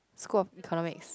school of economics